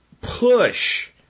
push